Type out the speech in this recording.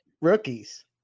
Rookies